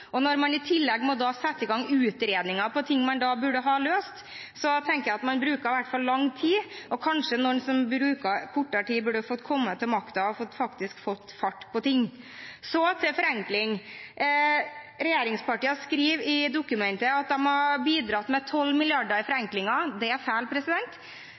Og når man i tillegg må sette i gang utredninger av ting man burde ha løst, tenker jeg at man i hvert fall bruker lang tid. Kanskje noen som bruker kortere tid, burde komme til makten og faktisk fått fart på ting. Så til forenkling. Regjeringspartiene skriver i dokumentet at de har bidratt med 12 mrd. kr til forenklinger. Det er feil.